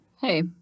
Hey